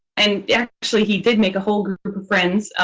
and yeah actually, he did make a whole group group of friends.